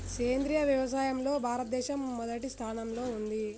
సేంద్రియ వ్యవసాయంలో భారతదేశం మొదటి స్థానంలో ఉంది